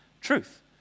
truth